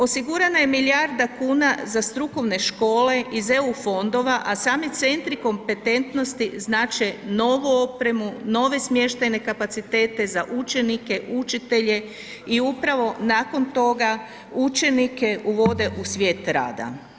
Osigurana je milijarda kuna za strukovne škole iz EU fondova, a sami centri kompetentnosti znače novu opremu, nove smještajne kapacitete za učenike, učitelje i upravo nakon toga učenike uvode u svijet rada.